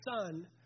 son